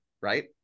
Right